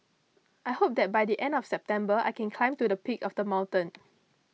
I hope that by the end of September I can climb to the peak of the mountain